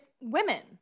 women